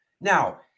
Now